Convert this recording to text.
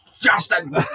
Justin